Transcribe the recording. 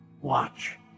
Watch